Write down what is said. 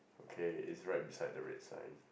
okay it's right beside the red sign